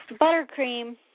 buttercream